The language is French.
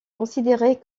considérée